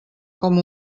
com